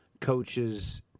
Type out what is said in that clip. coaches